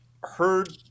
heard